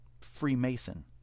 Freemason